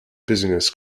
business